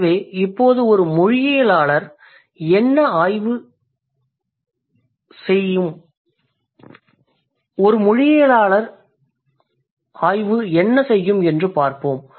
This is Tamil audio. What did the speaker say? எனவே இப்போது ஒரு மொழியியலாளரின் ஆய்வு என்ன செய்யும் என்று பார்ப்போம்